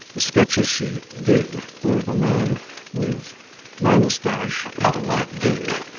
the sketches she did were of a man with no moustache and a light beard,